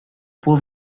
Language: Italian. può